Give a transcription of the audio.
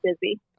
busy